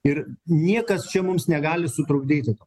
ir niekas čia mums negali sutrukdyti